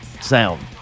sound